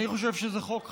אני חושב שזה חוק חשוב,